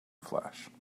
flesh